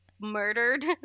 murdered